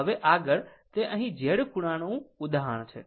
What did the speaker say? હવે આગળ તે અહીં Z ખૂણાનું ઉદાહરણ છે